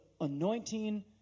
anointing